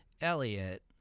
Elliot